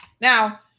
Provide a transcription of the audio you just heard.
Now